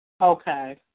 Okay